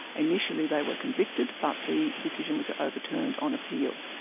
initially they were convicted, but the decision was overturned on appeal,